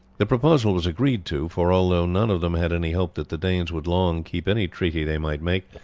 the proposal was agreed to, for although none of them had any hope that the danes would long keep any treaty they might make,